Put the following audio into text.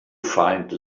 find